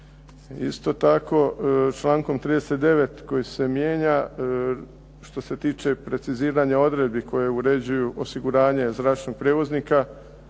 Isto tako člankom 39. koji se mijenja što se tiče preciziranja odredbi koje uređuju osiguranje zračnog prijevoznika,